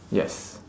yes